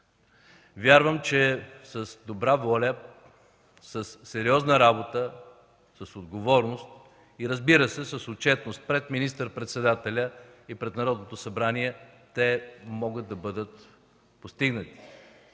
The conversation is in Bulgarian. Вярвам, че с добра воля, със сериозна работа, с отговорност и, разбира се, с отчетност пред министър-председателя и пред Народното събрание могат да бъдат постигнати